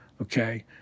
okay